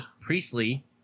Priestley